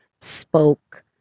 spoke